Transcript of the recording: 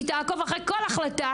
היא תעקוב אחרי כל החלטה,